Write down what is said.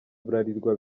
bralirwa